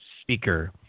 speaker